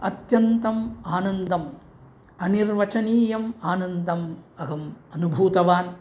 अत्यन्तम् आनन्दं अनिर्वचनीयम् आनन्दम् अहम् अनुभूतवान्